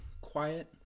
Quiet